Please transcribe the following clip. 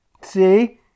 See